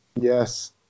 Yes